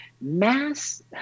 mass